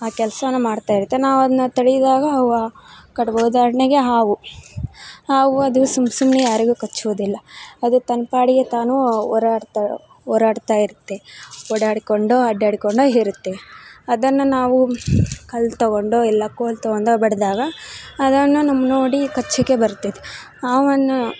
ಆ ಕೆಲಸವನ್ನ ಮಾಡ್ತಾಯಿರುತ್ತೆ ನಾವು ಅದನ್ನ ತಡೆದಾಗ ಅವು ಕಟ್ಬುಡುತ್ತೆ ಉದಾಹರಣೆಗೆ ಹಾವು ಹಾವು ಅದು ಸುಮ್ ಸುಮ್ನೇ ಯಾರಿಗೂ ಕಚ್ಚೋದಿಲ್ಲ ಅದು ತನ್ನ ಪಾಡಿಗೆ ತಾನು ಹೋರಾಡ್ತಾ ಹೋರಾಡ್ತಾ ಇರುತ್ತೆ ಓಡಾಡಿಕೊಂಡೋ ಅಡ್ಡಾಡಿಕೊಂಡೋ ಇರತ್ತೆ ಅದನ್ನ ನಾವು ಕಲ್ಲು ತೊಗೊಂಡೋ ಇಲ್ಲ ಕೋಲು ತೊಗೊಂದೋ ಬಡೆದಾಗ ಅದನ್ನು ನಮ್ನ ನೋಡಿ ಕಚ್ಚಕ್ಕೆ ಬರುತೈತಿ ಆವನ್ನು